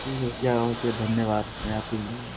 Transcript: ठीक है भैया ओके धन्यवाद मैं